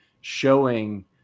showing